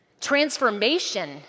transformation